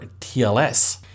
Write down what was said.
TLS